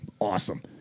awesome